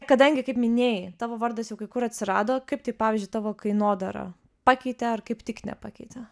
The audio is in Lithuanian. kadangi kaip minėjai tavo vardas jau kai kur atsirado kaip tai pavyzdžiui tavo kainodarą pakeitė ar kaip tik nepakeitė